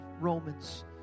Romans